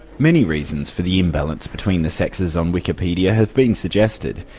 many reasons for the imbalance between the sexes on wikipedia have been suggested.